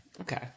Okay